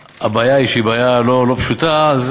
הבעיה, שהיא בעיה לא פשוטה, אז